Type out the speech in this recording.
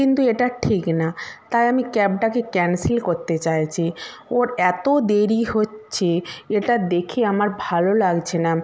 কিন্তু এটা ঠিক না তাই আমি ক্যাবটাকে ক্যানসেল করতে চাইছি ওর এতো দেরি হচ্ছে এটা দেখে আমার ভালো লাগছে না